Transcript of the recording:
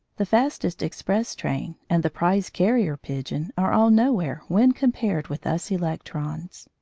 the fastest express train, and the prize carrier pigeon, are all nowhere when compared with us electrons.